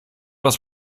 was